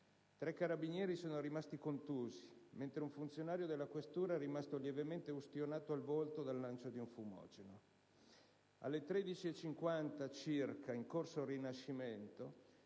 Tre carabinieri sono rimasti contusi, mentre un funzionario della questura è rimasto lievemente ustionato al volto dal lancio di un fumogeno. Alle ore 13,50 circa, in corso Rinascimento,